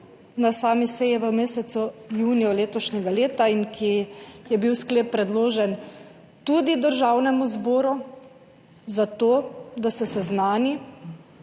na seji v mesecu juniju letošnjega leta in je bil sklep predložen tudi Državnemu zboru zato, da se seznani,